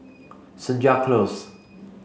Senja Close